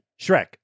Shrek